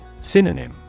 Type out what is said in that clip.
Synonym